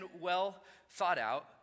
well-thought-out